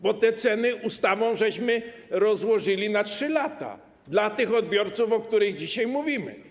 Bo te ceny ustawą rozłożyliśmy na 3 lata dla tych odbiorców, o których dzisiaj mówimy.